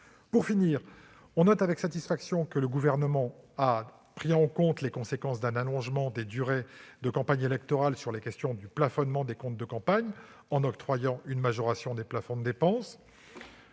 Pour finir, nous notons avec satisfaction que le Gouvernement a pris en compte les conséquences d'un allongement de la durée des campagnes électorales sur le plafonnement des comptes de campagne, en octroyant une majoration des plafonds de dépenses.